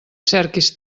cerquis